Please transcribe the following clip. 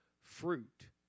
fruit